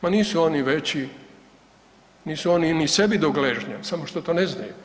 Ma nisu oni veći, nisu oni ni sebi do gležnja, samo što to ne znaju.